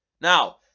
Now